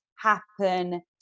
happen